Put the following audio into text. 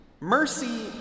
Mercy